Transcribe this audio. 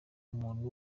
umuntu